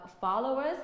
followers